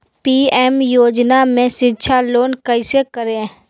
PM योजना में शिक्षा लोन कैसे करें?